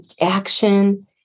action